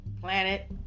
planet